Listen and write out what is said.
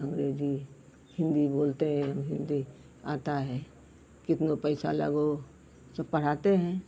अंग्रेजी हिन्दी बोलते हैं हम हिन्दी आता है कितनो पैसा लगो सब पढ़ाते हैं